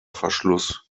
verschluss